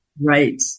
Right